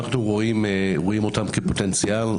אנחנו רואים אותם כפוטנציאל,